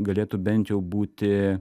galėtų bent jau būti